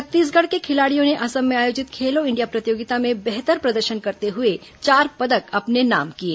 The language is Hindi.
छत्तीसगढ़ के खिलाड़ियों ने असम में आयोजित खेलो इंडिया प्रतियोगिता में बेहतर प्रदर्शन करते हुए चार पदक अपने नाम किए